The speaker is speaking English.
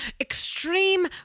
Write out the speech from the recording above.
extreme